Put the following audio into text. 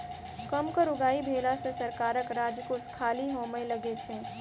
कम कर उगाही भेला सॅ सरकारक राजकोष खाली होमय लगै छै